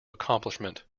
accomplishment